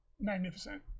magnificent